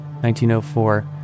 1904